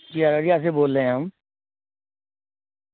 جی ارڑیا سے بول رہے ہیں ہم